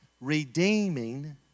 redeeming